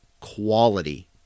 quality